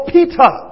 Peter